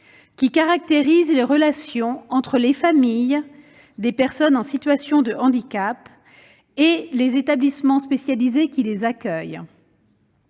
qui caractérise les relations entre les familles des personnes en situation de handicap et les établissements spécialisés qui les accueillent.